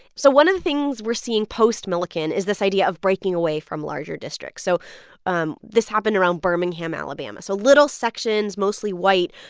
so one of the things we're seeing post-milliken is this idea of breaking away from larger districts. so um this happened around birmingham, ala. um ah so little sections, mostly white,